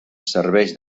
serveix